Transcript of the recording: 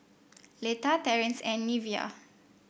Letta Terance and Neveah